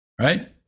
right